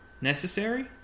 necessary